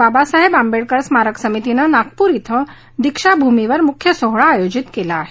बाबासाहेब आंबेडकर स्मारक समितीनं नागपूर ॐ दीक्षा भूमीवर मुख्य सोहळा आयोजित केला आहे